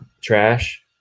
trash